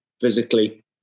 physically